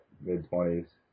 mid-twenties